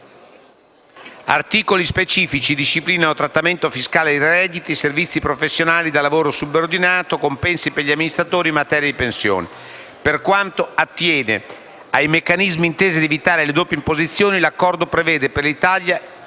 Articoli specifici disciplinano il trattamento fiscale dei redditi da servizi professionali e da lavoro subordinato, i compensi per gli amministratori e la materia delle pensioni. Per quanto attiene ai meccanismi intesi ad evitare le doppie imposizioni, l'Accordo prevede, per l'Italia,